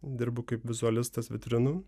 dirbu kaip vizualistas vitrinų